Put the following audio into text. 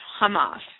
Hamas